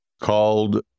called